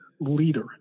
leader